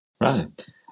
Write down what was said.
Right